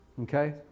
okay